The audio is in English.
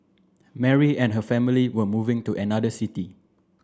Mary and her family were moving to another city